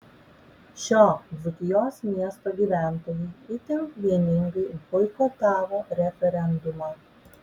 šio dzūkijos miesto gyventojai itin vieningai boikotavo referendumą